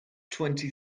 twenty